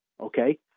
Okay